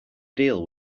deal